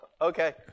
Okay